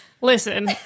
Listen